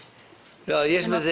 והכל, אני מדבר